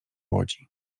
łodzi